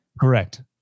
Correct